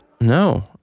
No